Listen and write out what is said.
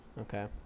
Okay